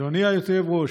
אדוני היושב-ראש,